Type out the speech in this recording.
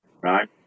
right